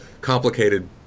complicated